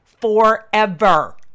forever